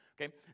okay